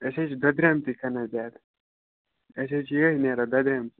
أسۍ حظ چھِ دۄدریوٚمتُے کٕنان زیادٕ أسۍ حظ چھِ یِہَے نیران دۄدرٲیمژٕے